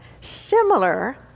similar